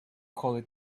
called